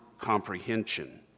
comprehension